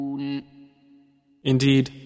Indeed